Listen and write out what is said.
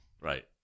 right